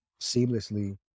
seamlessly